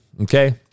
okay